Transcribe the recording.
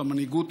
המנהיגות,